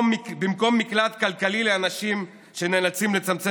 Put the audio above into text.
במקום מקלט כלכלי לאנשים שנאלצים לצמצם